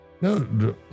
No